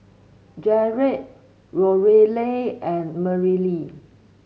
Jarod Lorelei and Merrilee